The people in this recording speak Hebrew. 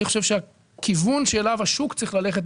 אני חושב שהכיוון שאליו השוק צריך ללכת,